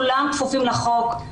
כולם כפופים לחוק.